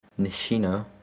nishino